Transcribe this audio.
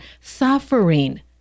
suffering